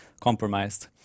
compromised